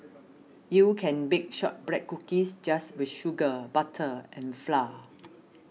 you can bake Shortbread Cookies just with sugar butter and flour